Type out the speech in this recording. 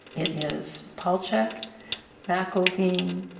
it is palchik, mcelveen,